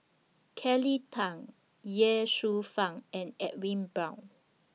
Kelly Tang Ye Shufang and Edwin Brown